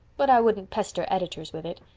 but i wouldn't pester editors with it.